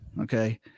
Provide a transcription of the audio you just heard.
okay